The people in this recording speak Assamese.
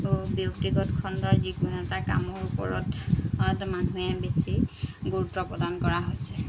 ব্যক্তিগত খণ্ডৰ যিকোনো এটা কামৰ ওপৰত মানুহে বেছি গুৰুত্ব প্ৰদান কৰা হৈছে